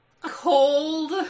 cold